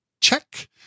Check